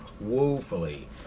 woefully